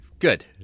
good